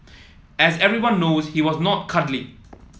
as everyone knows he was not cuddly